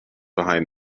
behind